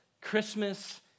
Christmas